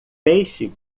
peixe